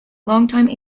longtime